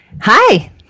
hi